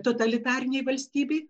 totalitarinėj valstybėj